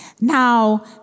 Now